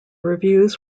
reviews